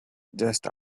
just